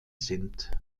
sind